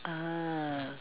ah